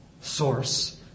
source